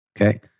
Okay